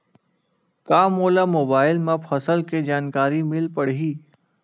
का मोला मोबाइल म फसल के जानकारी मिल पढ़ही?